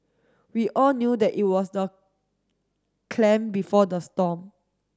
we all knew that it was the clam before the storm